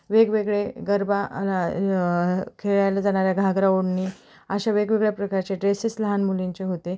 वेगवेगळे गरबा खेळायला जाणाऱ्या घागरा ओढणी अशा वेगवेगळ्या प्रकारचे ड्रेसेस् लहान मुलींचे होते